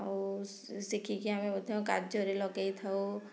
ଆଉ ଶିଖିକି ଆମେ ମଧ୍ୟ କାର୍ଯ୍ୟରେ ଲଗେଇଥାଉ